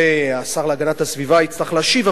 על זה השר להגנת הסביבה יצטרך להשיב,